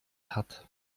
hat